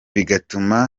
bigatuma